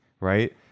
right